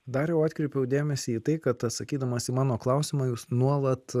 dariau atkreipiau dėmesį į tai kad atsakydamas į mano klausimą jūs nuolat